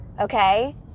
Okay